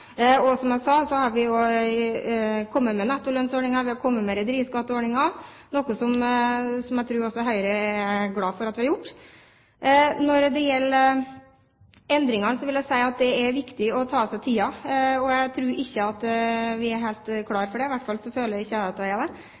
som jeg sa, også kommet med nettolønnsordninger, og vi har kommet med rederiskatteordninger – noe jeg tror også Høyre er glad for at vi har gjort. Når det gjelder endringene, vil jeg si at det er viktig å ta seg tid. Jeg tror ikke vi er helt klare for det. I hvert fall føler ikke jeg at jeg er det.